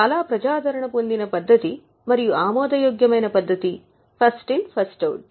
చాలా ప్రజాదరణ పొందిన పద్ధతి మరియు ఆమోదయోగ్యమైన పద్ధతి ఫస్ట్ ఇన్ ఫస్ట్ అవుట్